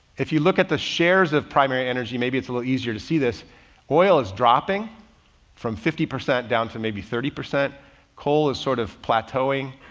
if you look at the shares of primary energy, maybe it's a little easier to see this oil is dropping from fifty percent down to maybe thirty percent coal is sort of plateauing,